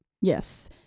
Yes